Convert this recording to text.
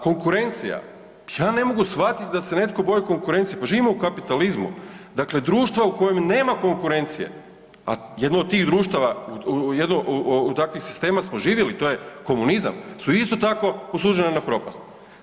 Konkurencija, ja ne mogu shvatiti da se netko boji konkurencije, pa živimo u kapitalizmu, dakle društva u kojem nema konkurencije, a jedno od tih društava, u jedno, u takvih sistema smo živjeli, to je komunizam, su isto tako osuđena na propast.